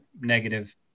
negative